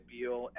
Beal